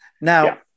Now